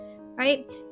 right